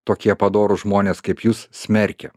tokie padorūs žmonės kaip jūs smerkia